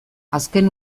azken